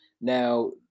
Now